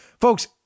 Folks